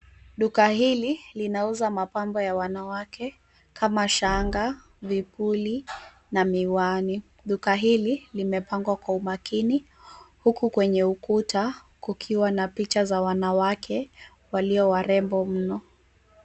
Duka hili linauza mapambo ya wanawake kama shanga, vipuli na miwani. Duka hili limepangwa kwa makini huku kwenye ukuta kukiwa na picha za wanawake walio warembo mno.